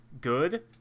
good